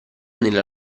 nella